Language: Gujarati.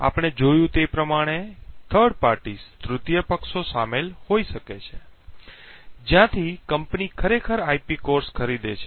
આપણે જોયું તે પ્રમાણે બહુવિધ તૃતીય પક્ષો શામેલ હોઈ શકે છે જ્યાંથી કંપની ખરેખર આઈપી કોર ખરીદે છે